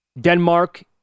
Denmark